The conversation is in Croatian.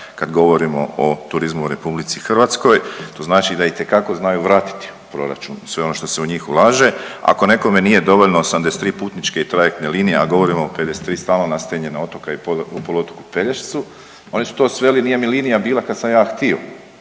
kad govorimo o turizmu u RH to znači da itekako znaju vratiti u proračun sve ono što se u njih ulaže. Ako nekome nije dovoljno 83 putničke i trajektne linije, a govorimo o 53 stalno nastanjena otoka i poluotoku Pelješcu oni su to sveli, nije mi linija bila kad sam ja htio.